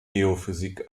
geophysik